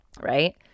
right